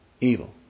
evil